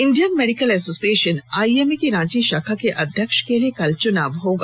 Indian medical association IMA की रांची शाखा के अध्यक्ष के लिए कल चुनाव होगा